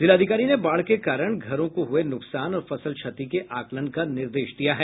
जिलाधिकारी ने बाढ़ के कारण घरों को हुए नुकसान और फसल क्षति के आकलन का निर्देश दिया है